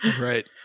Right